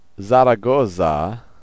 Zaragoza